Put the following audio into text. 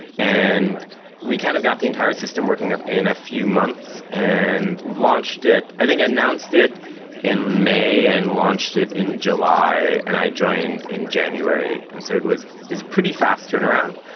and we kind of got the entire system working ah in a few months and launched it. i think i announced it in may and launched it in july and i joined in january. and so it was was pretty fast turnaround.